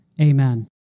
Amen